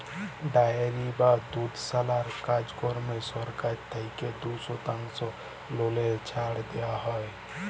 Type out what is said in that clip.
dairy বা দুধশালার কাজকম্মে সরকার থ্যাইকে দু শতাংশ ললে ছাড় দিয়া হ্যয়